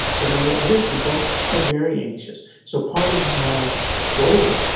but, i know other people are very anxious. so, part of my goal,